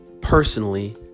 personally